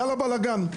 יאללה בלגן.